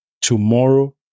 tomorrow